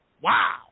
Wow